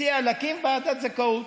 הציעה להקים ועדת זכאות.